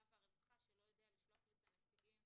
והרווחה שלא יודע לשלוח לי את הנציגים